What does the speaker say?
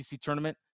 tournament